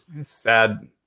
sad